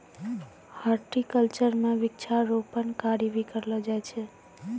horticulture म वृक्षारोपण कार्य भी करलो जाय छै